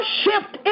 shift